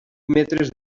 metres